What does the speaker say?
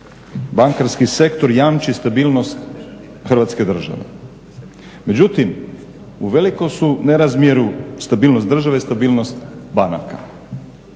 bankarski sektor jamči stabilnost Hrvatske države, međutim u velikom su nerazmjeru stabilnost države i stabilnost banaka.